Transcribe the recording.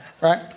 right